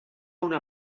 una